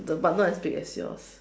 the but not as big as yours